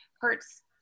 hurts